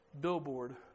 billboard